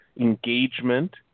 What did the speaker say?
engagement